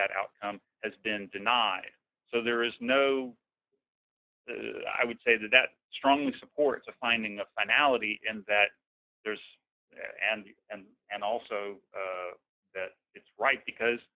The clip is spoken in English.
that outcome has been denied so there is no i would say that that strongly supports a finding of finality and that there's and and and also that it's right because